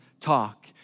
talk